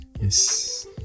Yes